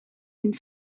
une